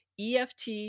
EFT